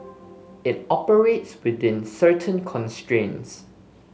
it operates within certain constraints